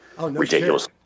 ridiculous